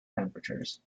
temperatures